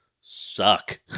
suck